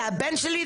זה הבן שלי,